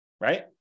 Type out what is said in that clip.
Right